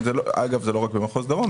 אגב, זה לא רק במחוז דרום.